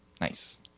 Nice